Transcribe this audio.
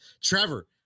Trevor